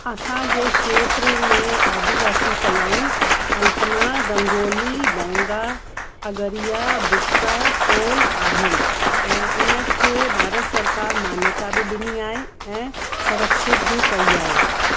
असांजे खेत्र में आदिवासी कलाऊं अल्पना रंगोली बैंगा अगरिया बुक्सा कोल आहिनि ऐं इन खे भारत सरकारि मान्यता बि ॾिनी आहे ऐं सुरक्षित बि कई आहे